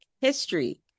history